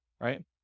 right